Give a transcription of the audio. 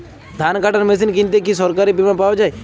ধান কাটার মেশিন কিনতে কি সরকারী বিমা পাওয়া যায়?